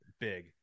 big